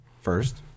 first